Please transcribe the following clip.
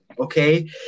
okay